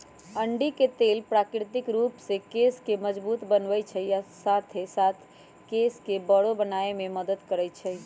अंडी के तेल प्राकृतिक रूप से केश के मजबूत बनबई छई आ साथे साथ केश के बरो बनावे में मदद करई छई